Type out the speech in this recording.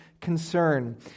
concern